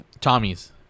Tommy's